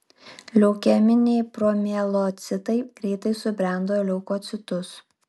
leukeminiai promielocitai greitai subrendo į leukocitus